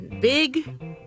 big